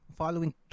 following